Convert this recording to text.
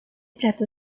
plato